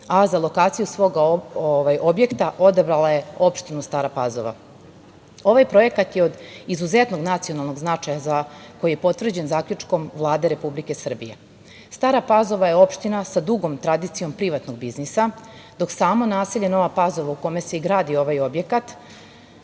a za lokaciju svog objekta odabrala je opštinu Stara Pazova. Ovaj projekat je od izuzetnog nacionalnog značaja koji je potvrđen zaključkom Vlade Republike Srbije. Stara Pazova je opština sa dugom tradicijom privatnog biznisa, dok samo naselje Nova Pazova u kome se i gradi ovaj objekat